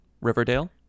Riverdale